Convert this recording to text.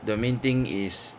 the main thing is